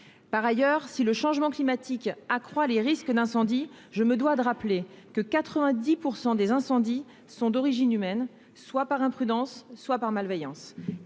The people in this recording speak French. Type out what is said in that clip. Par ailleurs, si le changement climatique accroît les risques d'incendie, je dois rappeler que 90 % des incendies sont d'origine humaine, que ce soit par imprudence ou par malveillance.